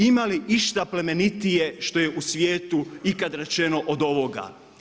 Ima li išta plemenitije što je u svijetu ikad rečeno od ovoga?